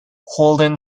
holden